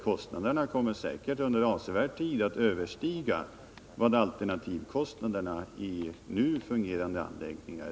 Kostnaderna kommer säkert att under avsevärd tid överstiga alternativkostnaderna i nu fungerande anläggningar.